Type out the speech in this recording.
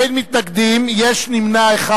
אין מתנגדים, יש נמנע אחד.